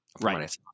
right